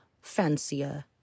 fancier